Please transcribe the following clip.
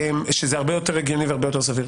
שזה הרבה יותר הגיוני והרבה יותר סביר.